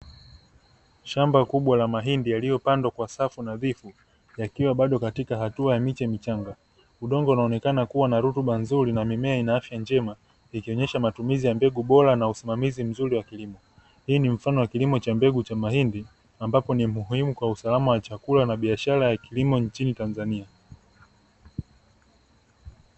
Shamba kubwa la mahindi yaliyopandwa kwa safu nadhifu, yakiwa bado katika hatua ya miche michanga. Udongo unaonekana kuwa na rutuba nzuri na mimea inanafya njema, ikionyesha matumizi ya mbegu bora na usimamizi mzuri wa kilimo. Hii ni mfano wa kilimo cha mbegu cha mahindi, ambapo ni muhimu kwa usalama wa chakula na biashara ya kilimo nchini Tanzania.